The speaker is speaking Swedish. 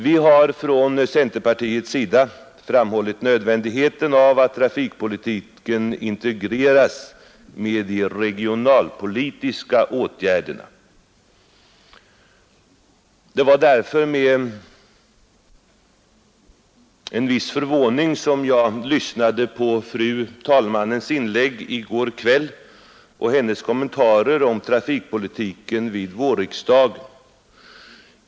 Vi har från centerpartiets sida framhållit nödvändigheten av att trafikpolitiken integreras med regionalpolitiska åtgärder. Det var därför med en viss förvåning som jag lyssnade på fru andre vice talmannens inlägg i går kväll och hennes kommentarer om trafikpolitiken vid vårriksdagen.